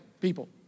people